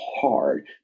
hard